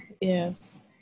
yes